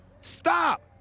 Stop